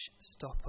stop